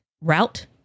route